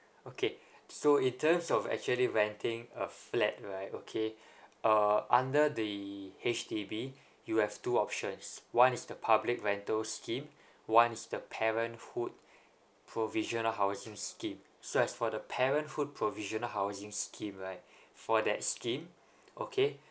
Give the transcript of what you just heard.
okay so in terms of actually renting a flat right okay uh under the H_D_B you have two options one is the public rental scheme one is the parenthood provisional housing scheme so as for the parenthood provisional housing scheme right for that scheme okay